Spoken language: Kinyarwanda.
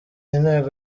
intego